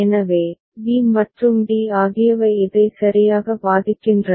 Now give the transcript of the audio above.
எனவே b மற்றும் d ஆகியவை இதை சரியாக பாதிக்கின்றன